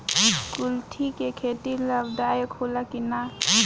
कुलथी के खेती लाभदायक होला कि न?